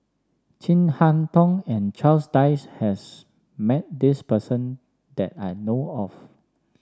Chin Harn Tong and Charles Dyce has met this person that I know of